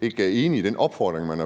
ikke er enige i den opfordring. Man